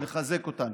נחזק אותן.